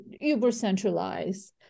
uber-centralized